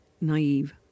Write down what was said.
naive